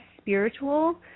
spiritual